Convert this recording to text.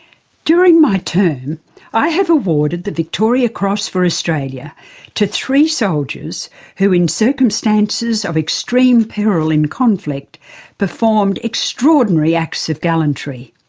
during my term i have awarded the victoria cross for australia to three soldiers who in circumstances of extreme peril in conflict performed extraordinary acts of gallantry.